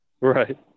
Right